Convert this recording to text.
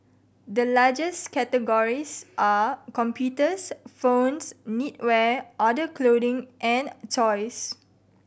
the largest categories are computers phones knitwear other clothing and toys